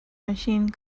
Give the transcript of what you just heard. machine